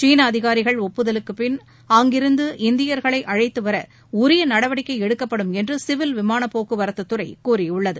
சீன அதிகாரிகள் ஒப்புதலுக்குபின் அங்கிருந்து இந்தியர்களை அழைத்துவர உரிய நடவடிக்கை எடுக்கப்படும் என்று சிவில் விமானப்போக்குவரத்துத்துறை கூறியுள்ளது